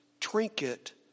trinket